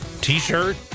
t-shirt